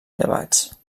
llevats